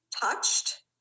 touched